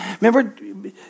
Remember